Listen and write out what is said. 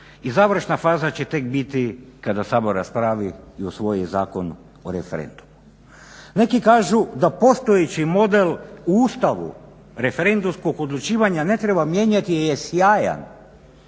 i završna faza će tek biti kada Sabor raspravi i usvoji Zakon o referendumu. Neki kažu da postojeći model u Ustavu referendumskog odlučivanja ne treba mijenjati jer je sjajan.